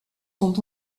sont